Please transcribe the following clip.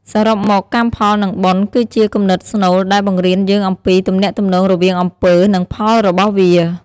សរុបមក កម្មផល និង បុណ្យ គឺជាគំនិតស្នូលដែលបង្រៀនយើងអំពី ទំនាក់ទំនងរវាងអំពើ និងផលរបស់វា។